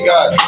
God